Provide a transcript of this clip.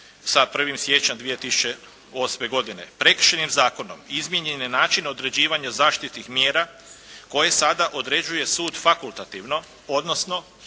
sa 1. siječnja 2008. godine. Prekršajnim zakonom izmijenjen je način određivanja zaštitnih mjera koje sada određuje sud fakultativno odnosno